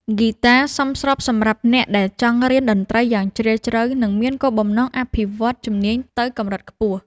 ហ្គីតាសមស្របសម្រាប់អ្នកដែលចង់រៀនតន្ត្រីយ៉ាងជ្រាលជ្រៅ និងមានគោលបំណងអភិវឌ្ឍជំនាញទៅកម្រិតខ្ពស់។